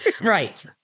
Right